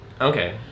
Okay